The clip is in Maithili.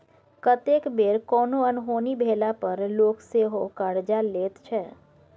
कतेक बेर कोनो अनहोनी भेला पर लोक सेहो करजा लैत छै